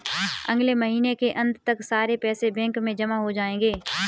अगले महीने के अंत तक सारे पैसे बैंक में जमा हो जायेंगे